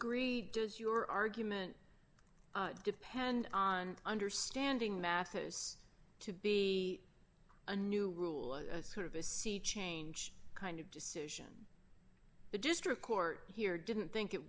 degree does your argument depend on understanding massa's to be a new rule sort of a sea change kind of decision the district court here didn't think it